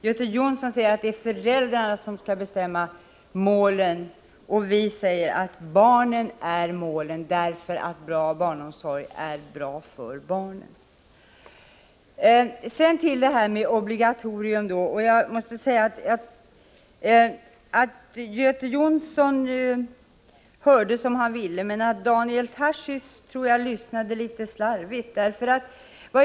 Göte Jonsson säger att det är föräldrarna som skall bestämma målen, och vi säger att barnen är målet, därför att en bra barnomsorg är bra för barnen. Sedan till frågan om obligatorium. Göte Jonsson hörde väl som han ville, men jag tror att Daniel Tarschys lyssnade litet slarvigt.